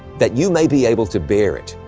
that you may be able to bear it.